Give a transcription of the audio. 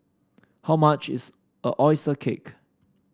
how much is oyster cake